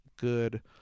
good